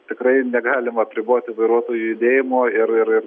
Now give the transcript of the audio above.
tikrai negalim apriboti vairuotojų judėjimo ir ir ir